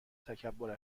تکبر